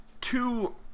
Two